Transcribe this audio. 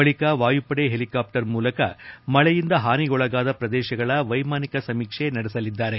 ಬಳಿಕ ವಾಯುಪಡೆ ಹೆಲಿಕಾಪ್ಸರ್ ಮೂಲಕ ಮಳೆಯಿಂದ ಹಾನಿಗೊಳಗಾದ ಪ್ರದೇಶಗಳ ವ್ವೆಮಾನಿಕ ಸಮೀಕ್ಷೆ ನಡೆಸಲಿದ್ದಾರೆ